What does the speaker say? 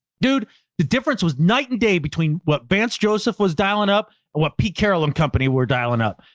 dude the difference was night and day between what vance joseph was dialing up and what pete carolyn company were dialing up.